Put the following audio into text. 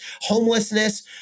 homelessness